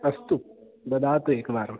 अस्तु ददातु एकवारं